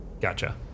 gotcha